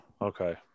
Okay